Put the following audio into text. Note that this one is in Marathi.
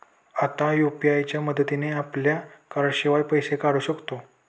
आता यु.पी.आय च्या मदतीने आपल्या कार्डाशिवाय पैसे काढू शकतो